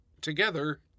together